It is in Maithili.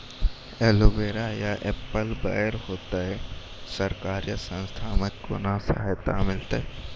एलोवेरा या एप्पल बैर होते? सरकार या संस्था से कोनो सहायता मिलते?